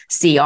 CR